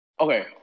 Okay